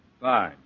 Fine